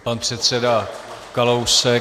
Pan předseda Kalousek.